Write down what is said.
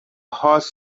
هاست